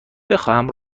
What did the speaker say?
بخواهم